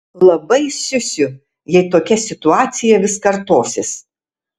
labai siusiu jei tokia situacija vis kartosis